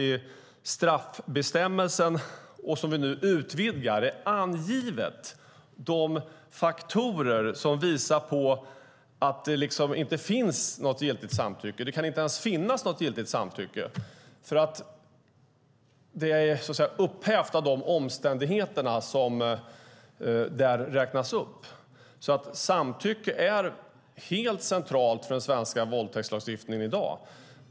I straffbestämmelsen, som vi nu utvidgar, anges de faktorer som visar på att det inte finns eller inte ens kan finnas något giltigt samtycke, för det upphävs av de omständigheter som räknas upp. Samtycke är alltså helt centralt för den svenska våldtäktslagstiftningen i dag.